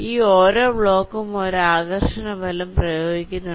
ഈ ഓരോ ബ്ലോക്കും ഒരു ആകർഷണ ബലം പ്രയോഗിക്കുന്നുണ്ട്